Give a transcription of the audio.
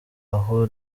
aho